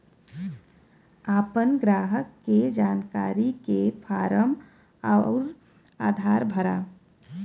आपन ग्राहक के जानकारी के फारम अउर आधार भरा